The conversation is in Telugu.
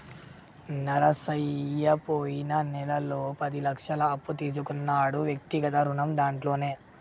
నరసయ్య పోయిన నెలలో పది లక్షల అప్పు తీసుకున్నాడు వ్యక్తిగత రుణం దాంట్లోనే